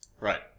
Right